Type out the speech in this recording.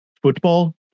football